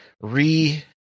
re